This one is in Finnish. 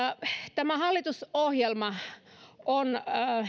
tämä hallitusohjelma on